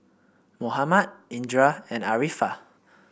Muhammad Indra and Arifa